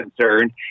concerned